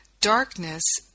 darkness